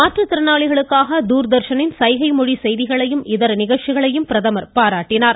மாற்றுத்திறனாளிகளுக்காக தூர்தர்ஷனின் சைகை மொழி செய்திகளையும் இதர நிகழ்ச்சிகளையும் பிரதமர் பாராட்டினார்